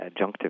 adjunctive